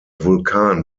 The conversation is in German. vulkan